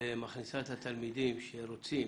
ומכניסה את התלמידים שרוצים